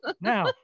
now